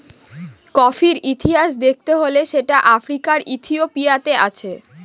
কফির ইতিহাস দেখতে গেলে সেটা আফ্রিকার ইথিওপিয়াতে আছে